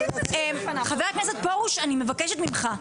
חבר הכנסת פרוש, אני מבקשת ממך.